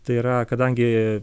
tai yra kadangi